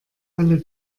alle